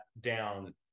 down